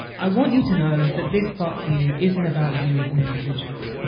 i want you to know that this fuck you isn't about you as an individual